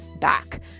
back